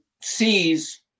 sees